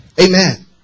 Amen